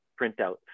printout